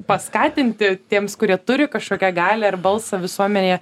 paskatinti tiems kurie turi kažkokią galią ir balsą visuomenėje